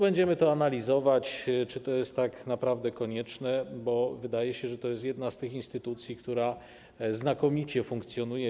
Będziemy analizować, czy to jest tak naprawdę konieczne, bo wydaje się, że to jest jedna z tych instytucji, które znakomicie funkcjonują.